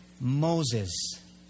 Moses